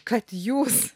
kad jūs